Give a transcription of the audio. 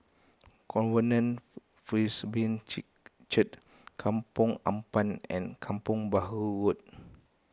Covenant Presbyterian Church Kampong Ampat and Kampong Bahru Road